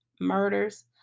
murders